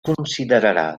considerarà